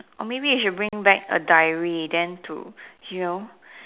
or maybe you should bring back a diary then to you know